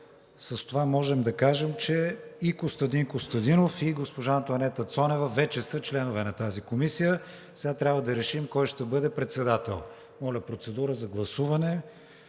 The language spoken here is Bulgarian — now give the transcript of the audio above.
С това можем да кажем, че и Костадин Костадинов, и госпожа Антоанета Цонева вече са членове на тази комисия. Сега трябва да решим кой ще бъде председател. Моля, процедура за гласуване.